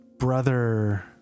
Brother